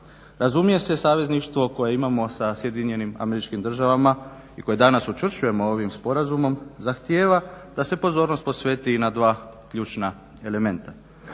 Razumije se savezništvo koje imamo sa SAD-om i koje danas učvršćujemo ovim sporazumom zahtijeva da se pozornost posveti i na dva ključna elementa.